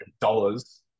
dollars